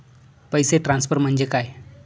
पैसे ट्रान्सफर म्हणजे काय?